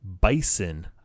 bison